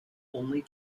only